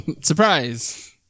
Surprise